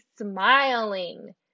smiling